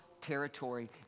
territory